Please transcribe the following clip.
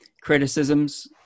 criticisms